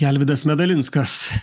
alvydas medalinskas